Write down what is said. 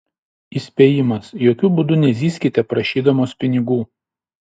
įspėjimas jokiu būdų nezyzkite prašydamos pinigų